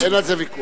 אין על זה ויכוח.